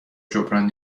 جبران